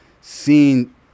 seeing